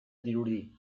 dirudi